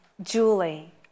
Julie